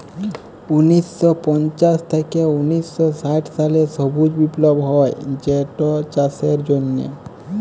উনিশ শ পঞ্চাশ থ্যাইকে উনিশ শ ষাট সালে সবুজ বিপ্লব হ্যয় যেটচাষের জ্যনহে